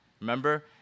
Remember